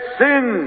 sin